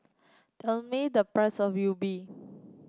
tell me the price of Yi Bua